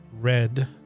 Red